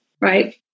right